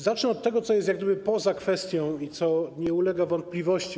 Zacznę od tego, co jest jak gdyby poza kwestią i co nie ulega wątpliwości.